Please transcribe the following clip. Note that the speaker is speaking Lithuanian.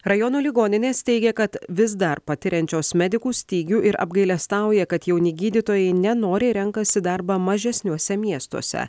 rajono ligoninės teigia kad vis dar patiriančios medikų stygių ir apgailestauja kad jauni gydytojai nenoriai renkasi darbą mažesniuose miestuose